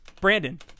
Brandon